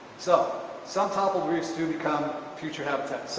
so some toppled reefs do become future habitat.